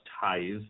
ties